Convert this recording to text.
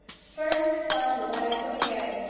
first had come the letter from harry,